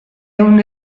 ehun